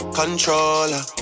controller